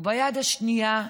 וביד השנייה,